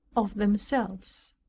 of themselves.